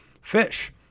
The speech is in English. Fish